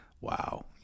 wow